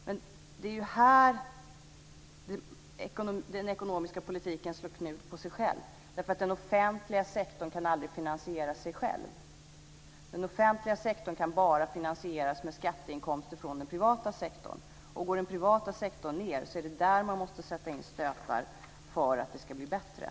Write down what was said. Men det är ju här den ekonomiska politiken slår knut på sig själv, därför att den offentliga sektorn kan aldrig finansiera sig själv. Den offentliga sektorn kan bara finansieras med skatteinkomster från den privata sektorn. Går den privata sektorn ned är det där man måste sätta in stötar för att det ska bli bättre.